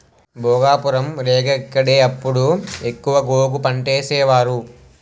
భోగాపురం, రేగ ఇక్కడే అప్పుడు ఎక్కువ గోగు పంటేసేవారు